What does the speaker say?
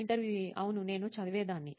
ఇంటర్వ్యూఈ అవును నేను చదివేదాన్ని